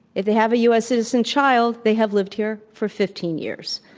if they have a u. s. citizen child, they have lived here for fifteen years.